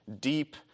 deep